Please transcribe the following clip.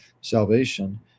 salvation